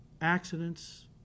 accidents